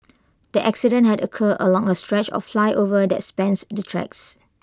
the accident had occurred along A stretch of flyover that spans the tracks